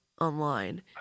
online